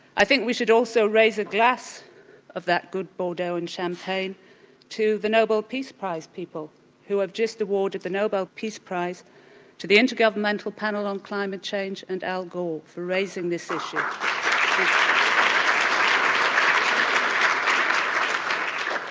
i think we should also raise a glass of that good bordeaux and champagne to the nobel peace prize people who have just awarded the nobel peace prize to the intergovernmental panel on climate change and al gore for raising this ah um